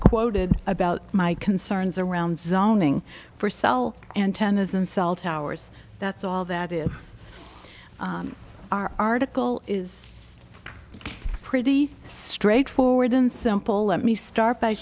quoted about my concerns around zoning for cell antennas and cell towers that's all that is our article is pretty straightforward and simple let me start by